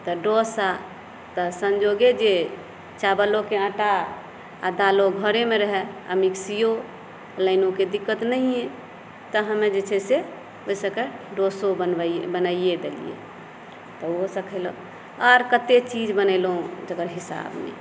तऽ डोसा तऽ संयोगे जे चावलोके आटा आ दालों घरे मे रहय आ मिक्सियो आ लाइनओक दिक्क्त नहिय तहन हम्मे जे छै से ओयसभके डोसो बनबियै बनायै देलियै तऽ ओहोसभ खेलैक आओर कतेक चीज बनेलहुँ तेकर हिसाब नहि